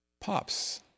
Pops